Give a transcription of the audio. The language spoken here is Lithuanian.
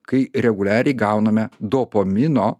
kai reguliariai gauname dopamino